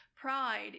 pride